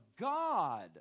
God